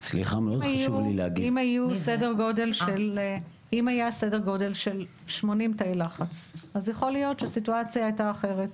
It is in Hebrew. אם היה סדר גודל של 80 תאי לחץ אז יכול להיות שהסיטואציה הייתה אחרת.